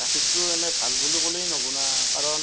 গাখীৰটো এনেই ভাল বুলি ক'লেই নহ'ব নহয় কাৰণ